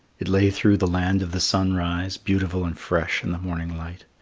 it lay through the land of the sunrise, beautiful and fresh in the morning light.